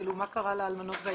מה קרה לאלמנות וליתומים?